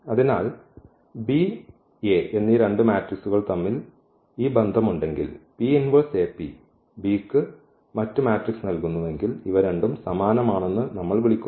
അതിനാൽ ഇവിടെ B A എന്നീ രണ്ട് മാട്രിക്സുകൾ തമ്മിൽ ഈ ബന്ധം ഉണ്ടെങ്കിൽ B യ്ക്ക് മറ്റ് മാട്രിക്സ് നൽകുന്നുവെങ്കിൽ ഇവ രണ്ടും സമാനമാണെന്ന് നമ്മൾ വിളിക്കുന്നു